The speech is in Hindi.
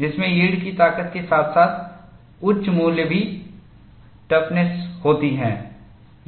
जिसमें यील्डकी ताकत के साथ साथ उच्च मूल्य की टफनेस भी होती है